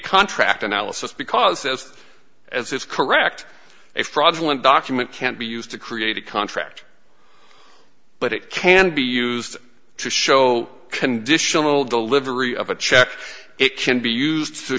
contract analysis because as as it's correct a fraudulent documents can't be used to create a contract but it can be used to show conditional delivery of a check it can be used to